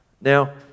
Now